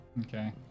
Okay